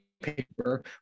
Paper